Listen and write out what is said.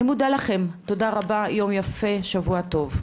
אני מודה לכם, תודה רבה, יום יפה, שבוע טוב.